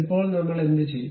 ഇപ്പോൾ നമ്മൾ എന്തു ചെയ്യും